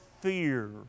fear